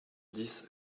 dix